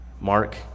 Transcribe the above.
Mark